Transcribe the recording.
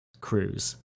Cruise